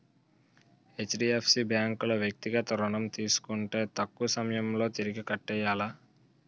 HDFC bank లో వ్యక్తిగత ఋణం తీసుకుంటే తక్కువ సమయంలో తిరిగి కట్టియ్యాల